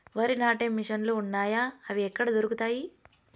వరి నాటే మిషన్ ను లు వున్నాయా? అవి ఎక్కడ దొరుకుతాయి?